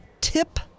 tip